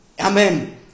Amen